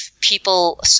people